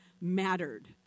mattered